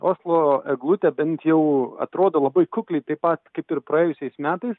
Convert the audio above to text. oslo eglutė bent jau atrodo labai kukliai taip pat kaip ir praėjusiais metais